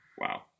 Wow